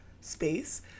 space